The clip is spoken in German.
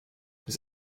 das